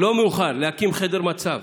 לא מאוחר להקים חדר מצב